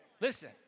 Listen